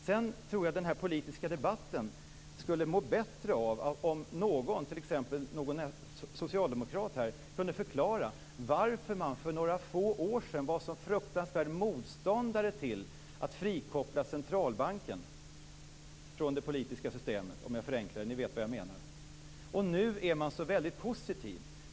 Sedan tror jag att den politiska debatten skulle må bättre av om t.ex. någon socialdemokrat kunde förklara varför man för några få år sedan var sådan fruktansvärd motståndare till att frikoppla centralbanken från det politiska systemet. Det är en förenkling, men ni vet vad jag menar. Nu är man så väldigt positiv.